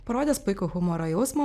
parodęs puikų humoro jausmą